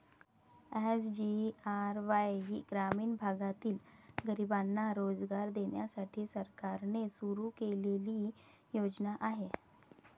SGRY ही ग्रामीण भागातील गरिबांना रोजगार देण्यासाठी सरकारने सुरू केलेली योजना आहे